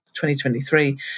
2023